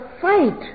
fight